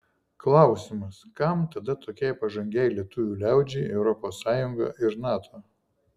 klausimas kam tada tokiai pažangiai lietuvių liaudžiai europos sąjunga ir nato